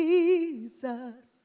Jesus